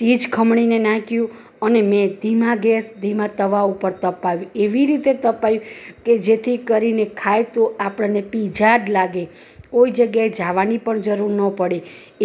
ચીજ ખમણીને નાખ્યું અને મેં ધીમા ગેસ ધીમા તવા ઉપર તપાવી એવી રીતે તપાયું કે જેથી કરીને ખાય તો આપણને પિત્ઝા જ લાગે કોઈ જગ્યાએ જવાની પણ જરૂર ન પડે